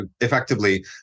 effectively